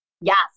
Yes